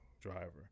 driver